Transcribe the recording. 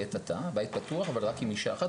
לעת עתה הבית פתוח, אבל רק עם אישה אחת.